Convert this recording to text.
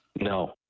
No